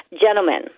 Gentlemen